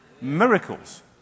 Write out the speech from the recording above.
miracles